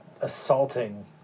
assaulting